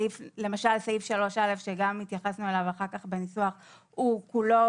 למשל סעיף 3א שגם התייחסנו אחר כך בניסוח הוא כולו